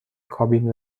کابین